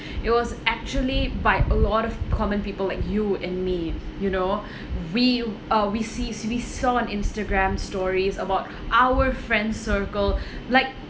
it was actually by a lot of common people like you and me you know we uh we sees we saw on instagram stories about our friend circle like